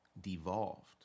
Devolved